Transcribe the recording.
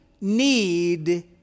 need